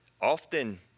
often